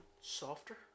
Softer